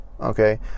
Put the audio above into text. okay